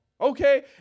Okay